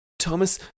Thomas